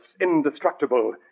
indestructible